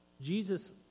Jesus